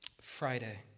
Friday